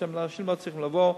אנשים לא צריכים לבוא,